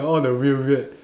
all the weird weird